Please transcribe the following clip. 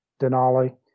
Denali